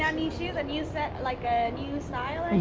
ah new shoes? a new set, like a new style